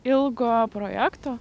ilgo projekto